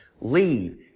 Leave